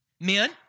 Men